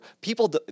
People